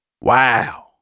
Wow